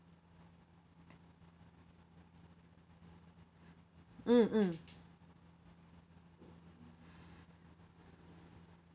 mm mm